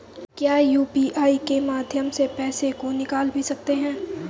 क्या यू.पी.आई के माध्यम से पैसे को निकाल भी सकते हैं?